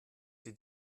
sie